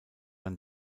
man